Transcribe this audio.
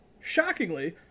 Shockingly